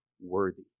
worthy